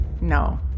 No